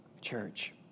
church